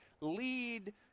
lead